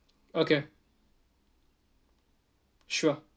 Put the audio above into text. okay sure